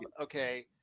okay